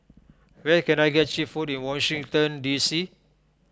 where can I get Cheap Food in Washington D C